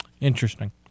Interesting